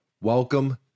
Welcome